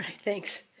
thanks.